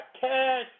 cash